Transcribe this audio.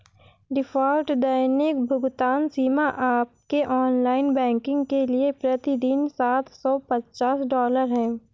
default दैनिक भुगतान सीमा आपके ऑनलाइन बैंकिंग के लिए प्रति दिन सात सौ पचास डॉलर है